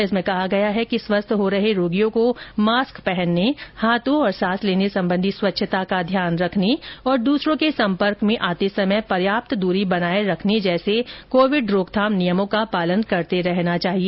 नियमावली में कहा गया है कि स्वस्थ हो रहे रोगियों को मास्क पहनने हाथों और सांस लेने संबंध स्वच्छता का ध्यान रखने और दूसरों के संपर्क में आते समय पर्याप्त दूरी बनाए रखने जैसे कोविड रोकथाम नियमों का पालन करते रहना चाहिए